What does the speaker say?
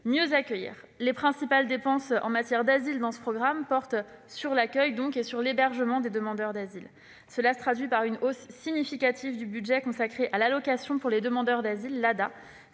tout d'abord : les principales dépenses en matière d'asile, dans ce programme, portent sur l'accueil et l'hébergement des demandeurs d'asile. Cela se traduit par une hausse significative du budget consacré à l'allocation pour demandeur d'asile (ADA)